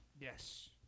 Yes